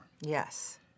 Yes